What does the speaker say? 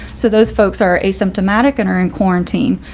so those folks are asymptomatic and are in quarantine,